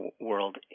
world